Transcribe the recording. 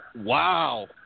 Wow